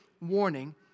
warning